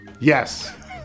Yes